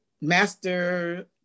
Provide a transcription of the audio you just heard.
master